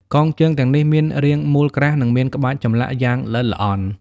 កងជើងទាំងនេះមានរាងមូលក្រាស់ និងមានក្បាច់ចម្លាក់យ៉ាងល្អិតល្អន់។